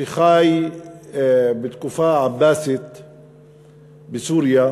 ואשר חי בתקופה העבאסית בסוריה,